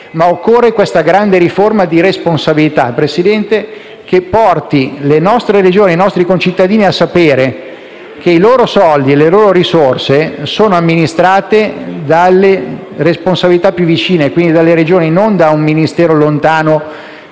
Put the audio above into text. bisogno di una grande riforma di responsabilità, che porti le nostre Regioni e i nostri concittadini a sapere che i loro soldi e le loro risorse sono amministrati dalle responsabilità più vicine, quindi dalle Regioni, non da un Ministero lontano